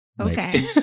Okay